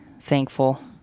Thankful